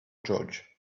george